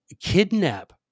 kidnap